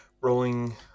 rolling